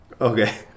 Okay